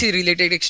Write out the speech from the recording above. related